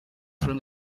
rhwng